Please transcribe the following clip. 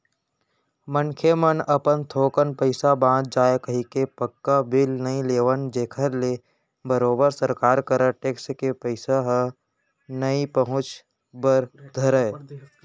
मनखे मन अपन थोकन पइसा बांच जाय कहिके पक्का बिल नइ लेवन जेखर ले बरोबर सरकार करा टेक्स के पइसा ह नइ पहुंचय बर धरय